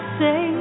say